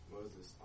Moses